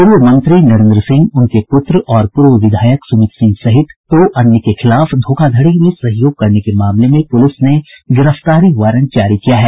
पूर्व मंत्री नरेंद्र सिंह उनके पूत्र और पूर्व विधायक सुमित सिंह सहित दो अन्य के खिलाफ धोखाधड़ी में सहयोग करने के मामले में पुलिस ने गिरफ्तारी वारंट जारी किया है